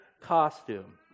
costume